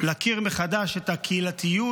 להכיר מחדש את הקהילתיות,